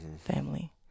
family